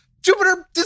Jupiter